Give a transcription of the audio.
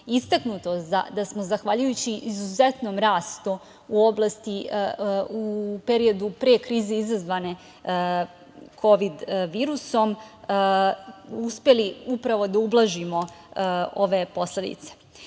istaknuto da smo zahvaljujući izuzetnom rastu u periodu pre krize izazvane kovid virusom uspeli upravo da ublažimo ove posledice. Izmene